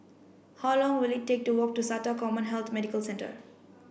how long will it take to walk to SATA CommHealth Medical Centre